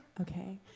Okay